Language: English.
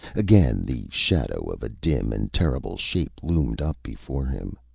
again, the shadow of a dim and terrible shape loomed up before him.